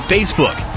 Facebook